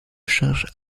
charge